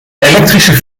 elektrische